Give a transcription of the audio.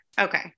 Okay